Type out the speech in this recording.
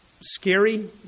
scary